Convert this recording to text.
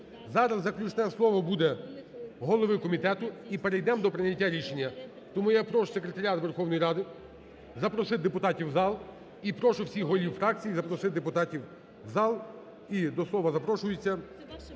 Зараз заключне слово буде голови комітету і перейдемо до прийняття рішення тому я прошу секретаріат Верховної Ради запросити депутатів в зал і прошу всіх голів фракцій запросити депутатів в зал. І до слова запрошується